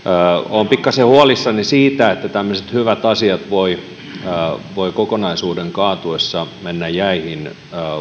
olen pikkasen huolissani siitä että tämmöiset hyvät asiat voivat kokonaisuuden kaatuessa mennä jäihin